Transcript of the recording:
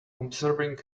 observing